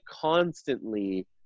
constantly